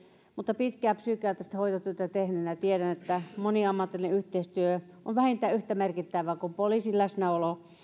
mutta pitkään psykiatrista hoitotyönä tehneenä tiedän että moniammatillinen yhteistyö on vähintään yhtä merkittävää kuin poliisin läsnäolo